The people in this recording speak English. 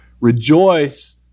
rejoice